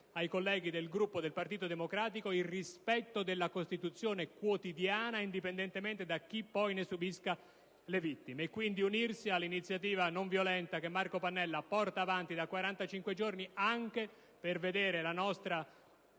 ai colleghi del Gruppo del Partito Democratico - il rispetto quotidiano della Costituzione, indipendentemente da chi poi ne subisca le conseguenze. È il caso di unirsi all'iniziativa non violenta che Marco Pannella porta avanti da 45 giorni anche per vedere la nostra